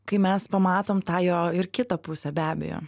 kai mes pamatom tą jo ir kitą pusę be abejo